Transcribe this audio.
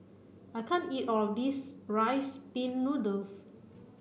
I can't eat all of this rice pin noodles